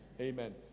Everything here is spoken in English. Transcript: Amen